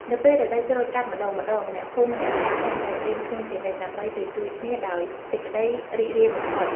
នៅពេលរដូវច្រូតកាត់ម្ដងៗអ្នកភូមិម្នាក់ៗតែងតែត្រៀមខ្លួនជានិច្ច ដើម្បីទៅជួយគ្នាដោយសេចក្ដីរីករាយបំផុត។